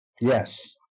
Yes